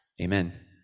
Amen